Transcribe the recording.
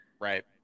right